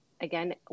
Again